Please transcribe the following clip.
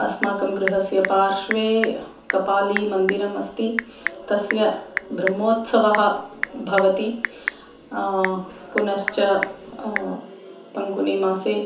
अस्माकं गृहस्य पार्श्वे कपालीमन्दिरमस्ति तस्य ब्रह्मोत्सवः भवति पुनश्च पङ्गुनिमासे